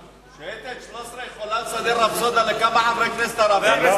שייטת 13 יכולה לסדר רפסודה לכמה חברי כנסת ערבים?